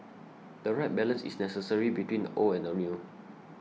the right balance is necessary between the old and the new